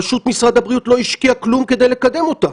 פשוט משרד הבריאות לא השקיע כלום כדי לקדם אותה.